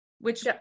which-